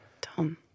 Tom